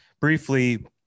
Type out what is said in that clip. briefly